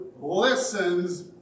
listens